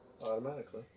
automatically